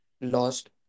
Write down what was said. lost